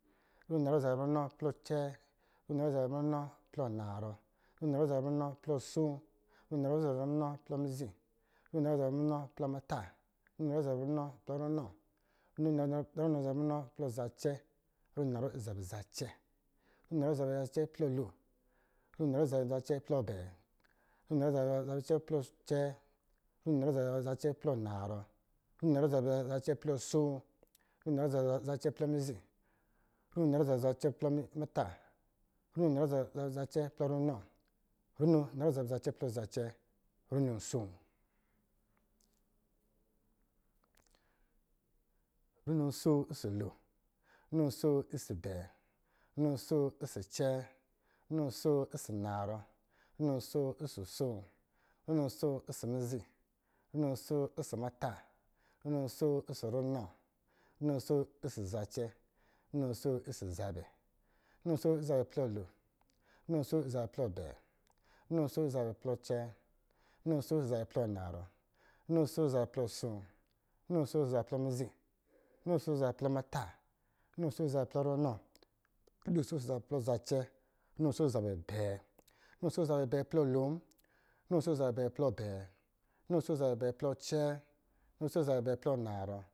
Runo narɔ ɔsɔ̄ zabɛ runo plɔ lon, runo narɔ ɔsɔ̄ zabɛ runo plɔ abɛɛ, runo narɔ ɔsɔ̄ zabɛ runo plɔ acɛɛ, runo narɔ ɔsɔ̄ zabɛ runo plɔ narɔ, runo narɔ ɔsɔ̄ zabɛ runo plɔ asoo, runo narɔ ɔsɔ̄ zabɛ runo plɔ mizi, runo narɔ ɔsɔ̄ zabɛ runo plɔ muta, runo narɔ ɔsɔ̄ zabɛ runo plɔ runɔ, runo narɔ ɔsɔ̄ zabɛ runo plɔ zacɛ, runo narɔ ɔsɔ̄ zabɛ zacɛ, runo narɔ ɔsɔ̄ zabɛ zacɛ plɔ lo, runo narɔ ɔsɔ̄ zabɛ zacɛ plɔ abɛɛ, runo narɔ ɔsɔ̄ zabɛ zacɛ plɔ acɛɛ, runo narɔ ɔsɔ̄ zabɛ zacɛ plɔ narɔ, runo narɔ ɔsɔ̄ zabɛ zacɛ plɔ asoo, runo narɔ ɔsɔ̄ zabɛ zacɛ plɔ mizi, runo narɔ ɔsɔ̄ zabɛ zacɛ plɔ muta, runo narɔ ɔsɔ̄ zabɛ zacɛ plɔ ranɔ, runo narɔ ɔsɔ̄ zabɛ zacɛ plɔ zacɛ, runo asoo, runo asoo ɔsɔ̄ lo, runo asoo ɔsɔ̄ abɛɛ, runo asoo ɔsɔ̄ acɛɛ, runo asoo ɔsɔ̄ anarɔ, runo asoo ɔsɔ̄ asoo, runo asoo ɔsɔ̄ mizi, runo asoo ɔsɔ̄ muta, runo asoo ɔsɔ̄ ranɔ, runo asoo ɔsɔ̄ muta, runo asoo ɔsɔ̄ runɔ, runo asoo ɔsɔ̄ zacɛ, runo asoo ɔsɔ̄ zabɛ, runo asoo ɔsɔ̄ zabɛ plɔ lo, runo asoo ɔsɔ̄ zabɛ plɔ abɛɛ, runo asoo ɔsɔ̄ zabɛ plɔ acɛɛ, runo asoo ɔsɔ̄ zabɛ plɔ anarɔ, runo asoo ɔsɔ̄ zabɛ plɔ asoo, runo asoo ɔsɔ̄ zabɛ plɔ mizi, runo asoo ɔsɔ̄ zabɛ plɔ muta, runo asoo ɔsɔ̄ zabɛ plɔ runɔ, runo asoo ɔsɔ̄ zabɛ plɔ zacɛ, runo asoo ɔsɔ̄ zabɛ abɛɛ, runo asoo ɔsɔ̄ zabɛ abɛɛ plɔ lo, runo asoo ɔsɔ̄ zabɛ abɛɛ plɔ abɛɛ, runo asoo ɔsɔ̄ zabɛ abɛɛ plɔ acɛɛ, runo asoo ɔsɔ̄ zabɛ abɛɛ plɔ narɔ